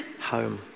home